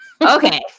okay